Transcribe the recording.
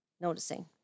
noticing